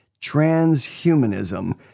transhumanism